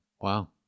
Wow